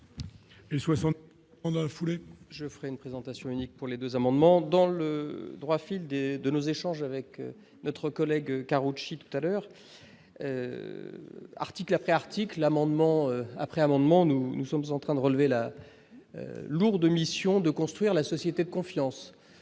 la foulée. Une présentation unique pour les 2 amendements dans le droit fil des de nos échanges avec notre collègue Karoutchi tout à l'heure, article après article, amendement après amendement, nous nous sommes en train de relever la lourde mission de construire la société de confiance